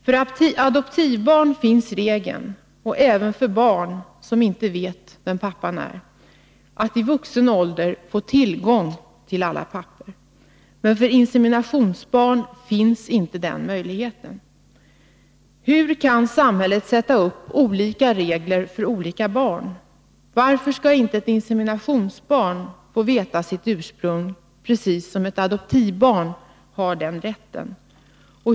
För adoptivbarn och även för andra barn som inte vet vem pappan är gäller regeln att de i vuxen ålder kan få tillgång till alla handlingar. Men för inseminationsbarn gäller inte den regeln. Hur kan samhället ställa upp olika regler för olika barn? Varför skall inte ett inseminationsbarn ha samma rätt att få veta sitt ursprung som ett adoptivbarn?